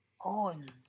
on